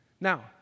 now